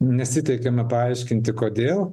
nesiteikiama paaiškinti kodėl